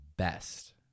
best